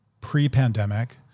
pre-pandemic